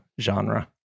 genre